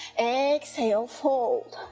exhale, fold,